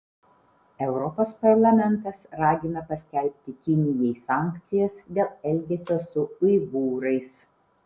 europos parlamentas ragina paskelbti kinijai sankcijas dėl elgesio su uigūrais